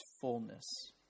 fullness